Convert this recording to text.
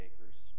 acres